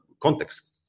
context